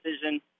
decision